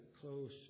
close